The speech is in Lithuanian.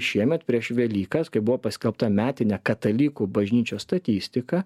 šiemet prieš velykas kai buvo paskelbta metinė katalikų bažnyčios statistika